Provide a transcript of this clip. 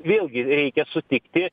vėlgi reikia sutikti